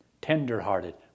tender-hearted